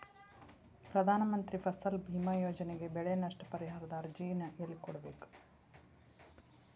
ಪ್ರಧಾನ ಮಂತ್ರಿ ಫಸಲ್ ಭೇಮಾ ಯೋಜನೆ ಬೆಳೆ ನಷ್ಟ ಪರಿಹಾರದ ಅರ್ಜಿನ ಎಲ್ಲೆ ಕೊಡ್ಬೇಕ್ರಿ?